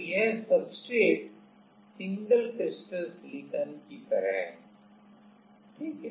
तो यह substrate single crystal silicon की तरह है ठीक है